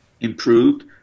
improved